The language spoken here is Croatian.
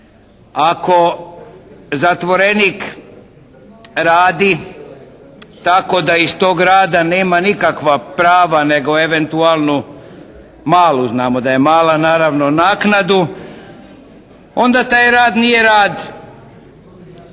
Ako zatvorenik radi tako da iz tog rada nema nikakva prava nego eventualnu malu, znamo da je mala naravno naknadu onda taj rad nije rad